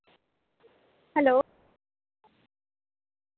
hello